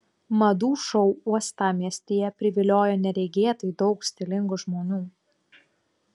madų šou uostamiestyje priviliojo neregėtai daug stilingų žmonių